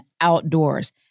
outdoors